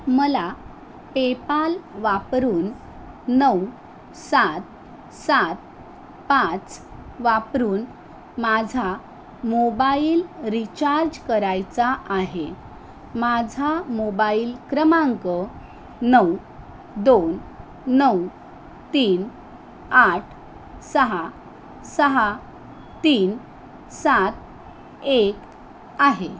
मला पेपाल वापरून नऊ सात सात पाच वापरून माझा मोबाईल रिचार्ज करायचा आहे माझा मोबाईल क्रमांक नऊ दोन नऊ तीन आठ सहा सहा तीन सात एक आहे